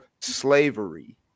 slavery